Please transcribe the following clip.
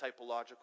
typological